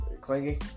Clingy